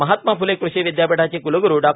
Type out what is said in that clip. महात्मा फ्ले कृषि विद्यापीठाचे क्लग्रु डॉ